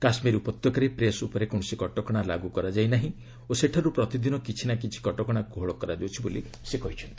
କାଶୁୀର ଉପତ୍ୟକାରେ ପ୍ରେସ୍ ଉପରେ କୌଣସି କଟକଣା ଲାଗ୍ର କରାଯାଇ ନାହିଁ ଓ ସେଠାରୁ ପ୍ରତିଦିନ କିଛି ନା କିଛି କଟକଣା କୋହଳ କରାଯାଉଛି ବୋଲି ସେ କହିଛନ୍ତି